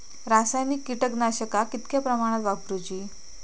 रासायनिक कीटकनाशका कितक्या प्रमाणात वापरूची?